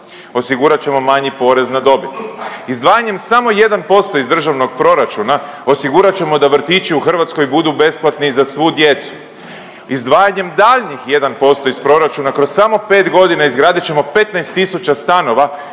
osigurat ćemo manji porez na dobit. Izdvajanjem samo 1% iz državnog proračuna osigurat ćemo da vrtići u Hrvatskoj budu besplatni za svu djecu. Izdvajanjem daljnjih 1% iz proračuna kroz samo 5 godina izgradit ćemo 15 tisuća stanova